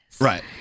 right